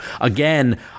Again